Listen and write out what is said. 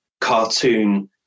cartoon